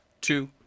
two